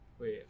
Wait